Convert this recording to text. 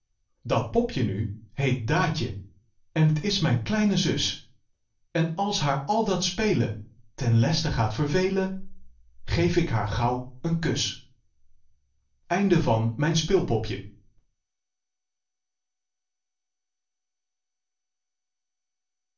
dat popje nu heet daatje en t is mijn kleine zus en als haar al dat spelen ten leste gaat vervelen geef ik haar gauw een kus